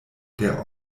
der